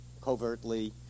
covertly